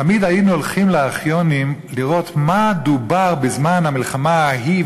תמיד היינו הולכים לארכיונים לראות מה דובר בזמן המלחמה ההיא,